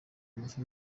amafi